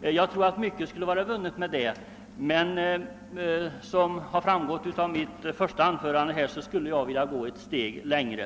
Jag tror att mycket skulle vara vunnet med det, även om jag — vilket har framgått av mitt första anförande — skulle vilja gå ett steg längre.